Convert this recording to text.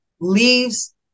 leaves